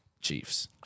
Chiefs